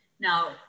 now